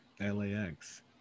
LAX